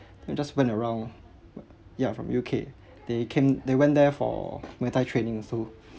then just went around ya from U_K they came they went there for muay thai training also